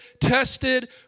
tested